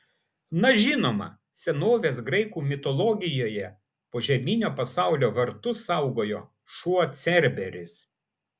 na žinoma senovės graikų mitologijoje požeminio pasaulio vartus saugojo šuo cerberis